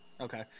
Okay